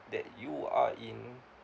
that you are in